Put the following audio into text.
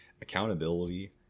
accountability